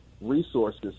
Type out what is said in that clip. resources